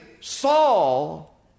Saul